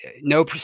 no